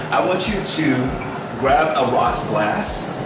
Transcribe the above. i want you to grab a rocks glass.